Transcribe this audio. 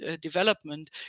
development